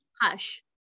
hush